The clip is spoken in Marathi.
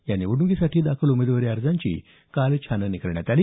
या निवडणुकीसाठी दाखल उमेदवारी अर्जांची काल छाननी करण्यात आली